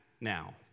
now